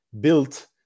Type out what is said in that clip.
built